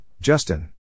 Justin